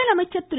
முதலமைச்சர் திரு